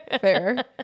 fair